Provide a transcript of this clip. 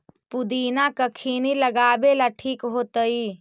पुदिना कखिनी लगावेला ठिक होतइ?